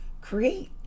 create